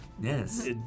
Yes